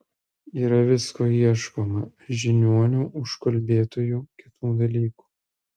yra visko ieškoma žiniuonių užkalbėtojų kitų dalykų